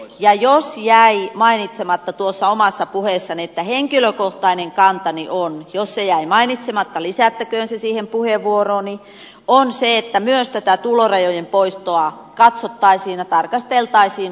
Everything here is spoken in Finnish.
ja jos jäi mainitsematta tuossa omassa puheessani niin lisättäköön se siihen puheenvuorooni että henkilökohtainen kantani on se että myös tätä tulorajojen poistoa katsottaisiin ja tarkasteltaisiin uudelleen